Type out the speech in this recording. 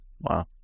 Wow